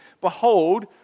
Behold